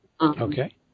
okay